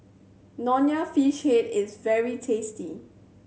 Nonya Fish Head is very tasty